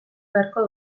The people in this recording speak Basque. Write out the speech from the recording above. beharko